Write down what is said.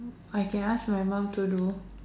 I can ask my mom to do